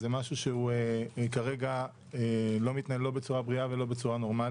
הכול מתנהל כרגע בצורה שהיא לא בריאה ולא נורמלית.